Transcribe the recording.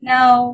Now